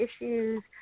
issues